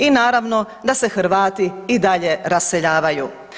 I naravno, da se Hrvati i dalje raseljavaju.